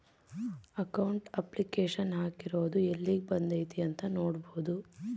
account application ಹಾಕಿರೊದು ಯೆಲ್ಲಿಗ್ ಬಂದೈತೀ ಅಂತ ನೋಡ್ಬೊದು